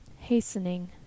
hastening